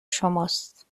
شماست